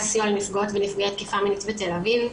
לסיוע לנפגעות ונפגעי תקיפה מינית בתל אביב,